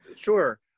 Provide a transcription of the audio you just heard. Sure